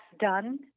done